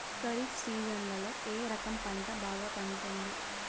ఖరీఫ్ సీజన్లలో ఏ రకం పంట బాగా పండుతుంది